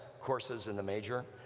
courses in the major,